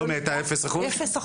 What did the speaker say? שלומי הייתה אפס אחוז?